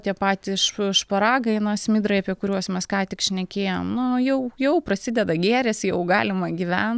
tie patys šparagai na smidrai apie kuriuos mes ką tik šnekėjom nu jau jau prasideda gėris jau galima gyvent